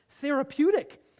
therapeutic